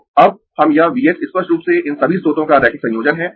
तो अब हम यह V x स्पष्ट रूप से इन सभी स्रोतों का रैखिक संयोजन है